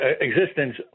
existence